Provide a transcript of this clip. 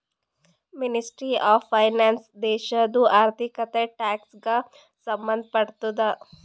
ministry of finance ದೇಶದು ಆರ್ಥಿಕತೆ, tax ಗ ಸಂಭಂದ್ ಪಡ್ತುದ